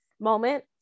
moment